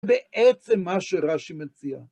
בעצם מה שרש"י מציע.